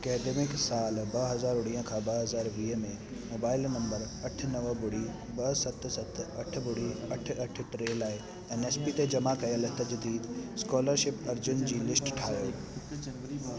academic साल ॿ हज़ार उणिवीह खां ॿ हज़ार वीह में मोबाइल नंबर अठ नव ॿुड़ी ॿ सत सत अठ ॿुड़ी अठ अठ टे लाइ एन एस पी ते जमा कयल तज़दीद स्कॉलरशिप अर्ज़ियुनि जी लिस्ट ठाहियो